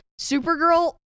Supergirl